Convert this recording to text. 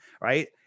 right